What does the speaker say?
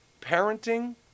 parenting